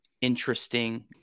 interesting